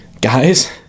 Guys